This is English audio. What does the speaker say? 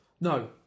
No